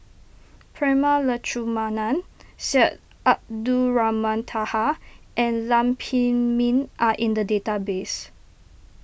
Prema Letchumanan Syed Abdulrahman Taha and Lam Pin Min are in the database